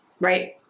right